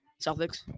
Celtics